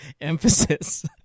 emphasis